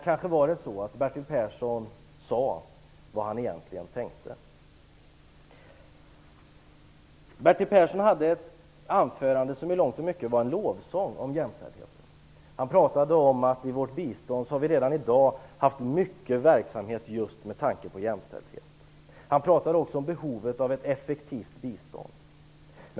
Kanske sade Bertil Persson vad han egentligen tänkte. Bertil Persson höll ett anförande som i mångt och mycket var en lovsång till jämställdheten. Han pratade om att vi redan i dag i vårt bistånd har haft mycket verksamhet just med tanke på jämställdhet. Han pratade också om behovet av ett effektivt bistånd.